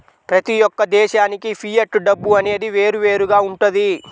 ప్రతి యొక్క దేశానికి ఫియట్ డబ్బు అనేది వేరువేరుగా వుంటది